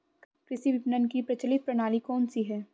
कृषि विपणन की प्रचलित प्रणाली कौन सी है?